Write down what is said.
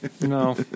No